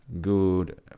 good